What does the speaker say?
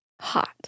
Hot